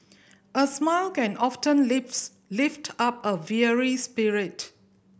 a smile can often lifts lift up a weary spirit